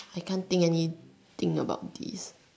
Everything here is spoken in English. I can't think anything about this